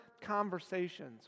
conversations